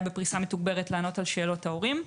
בפריסה מתוגברת לענות על שאלות ההורים.